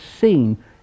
seen